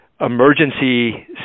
emergency